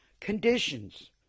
conditions